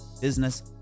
business